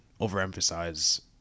overemphasize